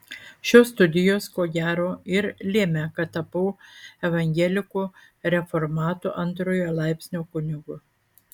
šios studijos ko gero ir lėmė kad tapau evangelikų reformatų antrojo laipsnio kunigu